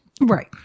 right